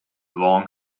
long